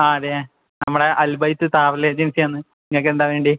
ആ അതെ നമ്മള അൽബൈത്ത് ട്രാവൽ ഏജൻസിയാന്ന് ഇങ്ങക്ക് എന്താ വേണ്ടെ